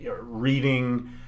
reading